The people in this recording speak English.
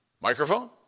microphone